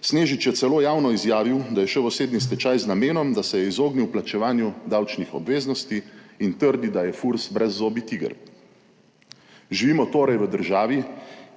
Snežič je celo javno izjavil, da je šel v osebni stečaj z namenom, da se je izognil plačevanju davčnih obveznosti in trdi, da je FURS brezzobi tiger. Živimo torej v državi,